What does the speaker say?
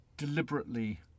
Deliberately